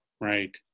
right